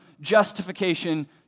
justification